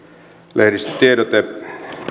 lehdistötiedote